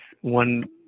One